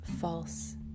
false